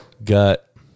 Gut